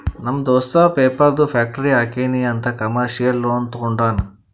ನಮ್ ದೋಸ್ತ ಪೇಪರ್ದು ಫ್ಯಾಕ್ಟರಿ ಹಾಕ್ತೀನಿ ಅಂತ್ ಕಮರ್ಶಿಯಲ್ ಲೋನ್ ತೊಂಡಾನ